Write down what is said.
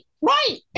right